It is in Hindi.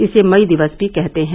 इसे मई दिवस भी कहते हैं